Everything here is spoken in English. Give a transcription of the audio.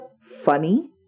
funny